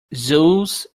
zeus